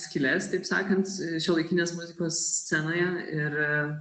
skyles taip sakant šiuolaikinės muzikos scenoje ir